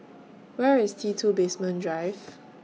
Where IS T two Basement Drive